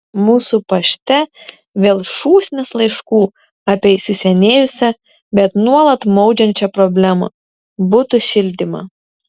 mūsų pašte vėl šūsnys laiškų apie įsisenėjusią bet nuolat maudžiančią problemą butų šildymą